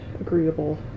agreeable